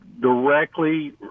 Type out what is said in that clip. Directly